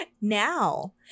Now